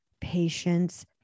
patience